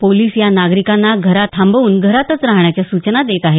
police या नागरिकांना थांबवून घरातच राहण्याच्या सूचना देत आहेत